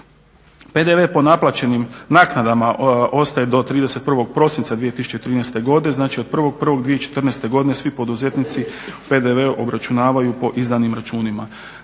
PDV po naplaćenim naknadama ostaje do 31. Prosinca 2013.godine, znači od 1.1.2014.godine svi poduzetnici PDV obračunavaju po izdanim računima.